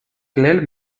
clair